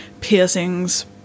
piercings